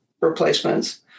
replacements